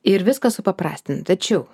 ir viską supaprastint tačiau